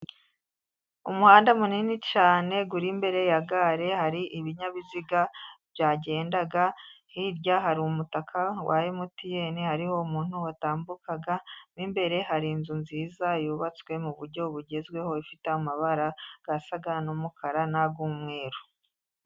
Umuhanda munini cyane uri imbere ya gare hari ibinyabiziga byagendaga hirya hari umutaka wa MTN, hariho umuntu watambukaga mo imbere hari inzu nziza yubatswe mu buryo bugezweho ifite amabara asa n'umukara n'ay'umweru.